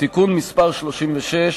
(תיקון מס' 36)